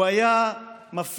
הוא היה מפעיל,